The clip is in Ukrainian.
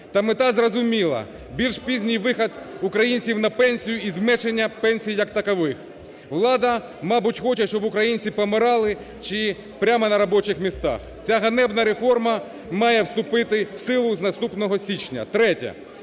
Та мета зрозуміла, більш пізній вихід українців на пенсію і зменшення пенсії як такових. Влада, мабуть, хоче, щоб українці помирали прямо на робочих місцях. Ця ганебна реформа має вступити в силу з наступного січня.